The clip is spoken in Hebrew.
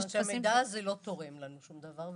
מכיוון שהמידע הזה לא תורם לנו שום דבר,